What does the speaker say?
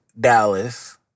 Dallas